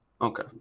Okay